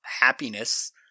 Happiness